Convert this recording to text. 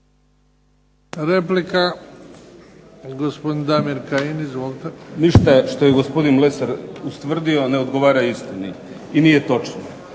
Replika, gospodin Damir Kajin. Izvolite. **Kajin, Damir (IDS)** Ništa što je gospodin Lesar ustvrdio ne odgovara istini i nije točno.